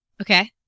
Okay